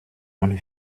man